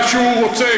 מה שהוא רוצה,